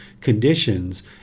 conditions